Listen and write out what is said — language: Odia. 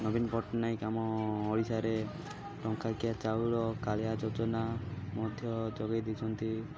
ନବୀନ ପଟ୍ଟନାୟକ ଆମ ଓଡ଼ିଶାରେ ଟଙ୍କାକିଆ ଚାଉଳ କାଳିଆ ଯୋଜନା ମଧ୍ୟ ଯୋଗାଇ ଦେଇଛନ୍ତି